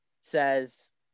says